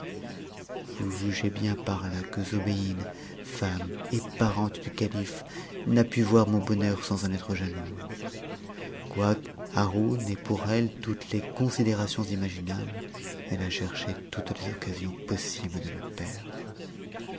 vous jugez bien par a que zobéide femme et parente du calife n'a pu voir mon bonheur sans en être jalouse quoique haroun ait pour elle toutes les considérations imaginables elle a cherché toutes les occasions possibles de me perdre